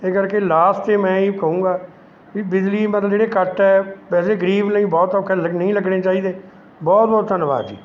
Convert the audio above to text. ਇਸ ਕਰਕੇ ਲਾਸਟ 'ਤੇ ਮੈਂ ਇਹੀ ਕਹੂੰਗਾ ਵੀ ਬਿਜਲੀ ਮਤਲਬ ਜਿਹੜੇ ਕੱਟ ਹੈ ਵੈਸੇ ਗਰੀਬ ਲਈ ਬਹੁਤ ਔਖਾ ਲੱਗ ਨਹੀਂ ਲੱਗਣੇ ਚਾਹੀਦੇ ਬਹੁਤ ਬਹੁਤ ਧੰਨਵਾਦ ਜੀ